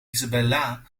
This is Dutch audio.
isabella